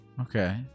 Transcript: Okay